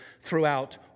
throughout